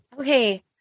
okay